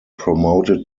promoted